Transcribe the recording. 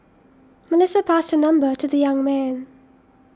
Melissa passed her number to the young man